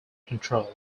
control